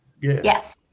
Yes